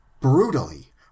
brutally